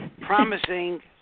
promising